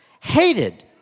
hated